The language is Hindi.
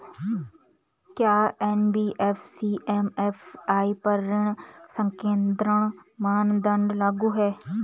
क्या एन.बी.एफ.सी एम.एफ.आई पर ऋण संकेन्द्रण मानदंड लागू हैं?